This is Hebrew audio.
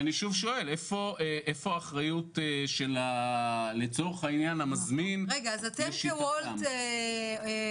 אני שוב שואל איפה האחריות של המזמין כדי --- עמרי,